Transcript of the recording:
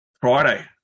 Friday